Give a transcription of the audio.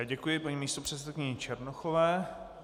Děkuji paní místopředsedkyni Černochové.